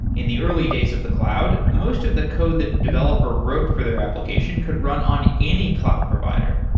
in the early days of the cloud, most of the code the developer wrote for their application could run on any cloud provider,